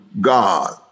God